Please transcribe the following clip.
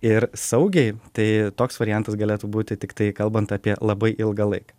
ir saugiai tai toks variantas galėtų būti tiktai kalbant apie labai ilgą laiką